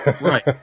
Right